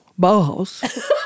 Bauhaus